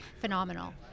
phenomenal